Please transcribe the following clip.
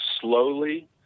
slowly